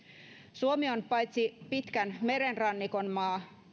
suomi on paitsi pitkän merenrannikon maa